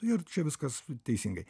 ir čia viskas teisingai